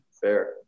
fair